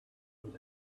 was